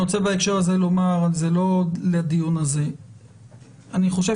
בהקשר הזה אני רוצה לומר זה לא קשור לדיון הזה - שאני חושב